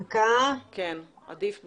זה שמקצים כספים וצובעים אותם זה מצוין,